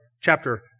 chapter